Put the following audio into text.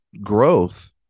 growth